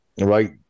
Right